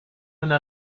una